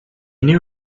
knew